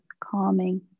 calming